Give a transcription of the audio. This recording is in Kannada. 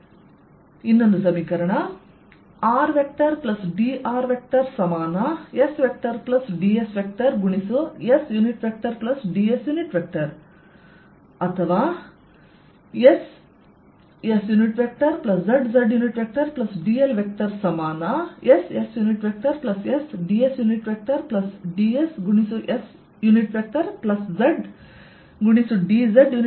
rsszz rdrsdssds ಅಥವಾ sszzdlsssdsdsszdzdzz ಮತ್ತು ನಾವು ನೋಡೋಣ ds ಎಂದರೇನು